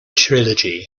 trilogy